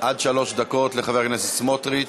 עד שלוש דקות לחבר הכנסת סמוטריץ.